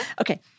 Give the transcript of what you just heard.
Okay